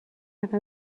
عقب